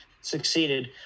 succeeded